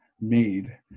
made